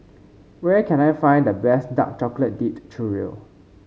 where can I find the best Dark Chocolate Dipped Churro